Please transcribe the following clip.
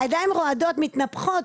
הידיים רועדות, מתנפחות.